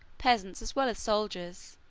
peasants as well as soldiers,